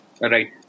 Right